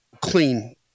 clean